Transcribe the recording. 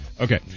Okay